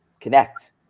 Connect